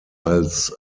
als